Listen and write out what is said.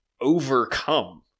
overcome